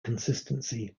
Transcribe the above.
consistency